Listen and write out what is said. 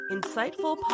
Insightful